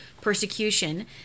persecution